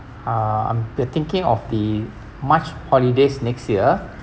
um I'm thinking of the march holidays next year